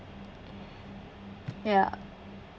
ya